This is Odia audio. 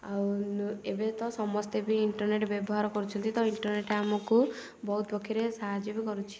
ଆଉ ଏବେ ତ ସମସ୍ତେ ବି ଇଣ୍ଟରନେଟ୍ ବ୍ୟବହାର କରୁଛନ୍ତି ତ ଇଣ୍ଟରନେଟ୍ ଆମକୁ ବହୁତ ପକ୍ଷରେ ସାହାଯ୍ୟ ବି କରୁଛି